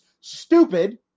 stupid